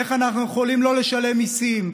איך אנחנו יכולים לא לשלם מיסים,